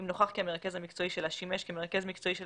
אם נוכח כי המרכז המקצועי שלה שימש כמרכז מקצועי של